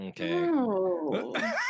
okay